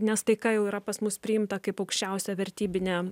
nes tai ką jau yra pas mus priimta kaip aukščiausia vertybinė